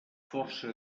força